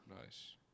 Nice